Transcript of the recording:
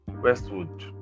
Westwood